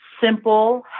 simple